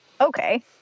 okay